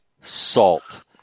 Salt